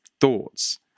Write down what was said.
thoughts